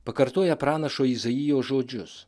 pakartoja pranašo izaijo žodžius